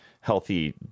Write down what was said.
healthy